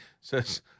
says